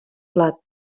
plat